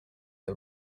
are